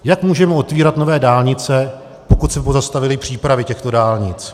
Jak můžeme otevírat nové dálnice, pokud se pozastavily přípravy těchto dálnic?